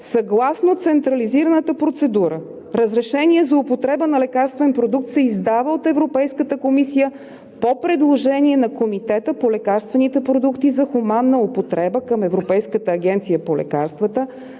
Съгласно централизираната процедура разрешение за употреба на лекарствен продукт се издава от Европейската комисия по предложение на Комитета по лекарствените продукти за хуманна употреба към Европейската агенция по лекарствата